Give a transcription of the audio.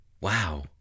Wow